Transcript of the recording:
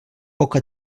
poca